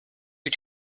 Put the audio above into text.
you